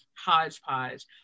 hodgepodge